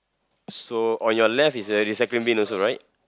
so on your left is a recycling bin also right